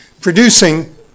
producing